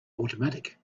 automatic